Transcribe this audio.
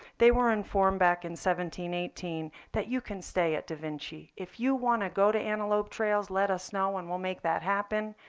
they were in form back in seventeen, eighteen that you can stay at da vinci. if you want to go to antelope trails, let us know and we'll make that happen.